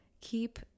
Keep